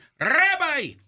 Rabbi